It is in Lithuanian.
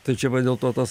tai čia va dėl to tas